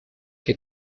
che